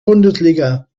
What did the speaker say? bundesliga